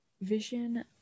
Vision